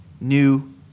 new